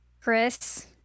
Chris